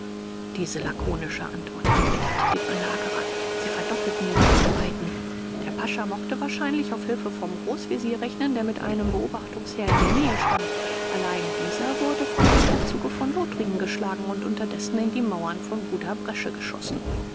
diese lakonische antwort erbitterte die belagerer sie verdoppelten ihre arbeiten der pascha mochte wahrscheinlich auf hilfe vom großvezier rechnen der mit einem beobachtungsheer in der nähe stand allein dieser wurde von dem herzoge von lothringen geschlagen und unterdessen in die mauern von buda bresche geschossen